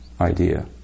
idea